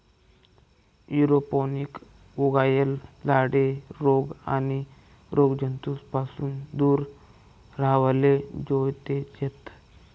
aeroponic उगायेल झाडे रोग आणि रोगजंतूस पासून दूर राव्हाले जोयजेत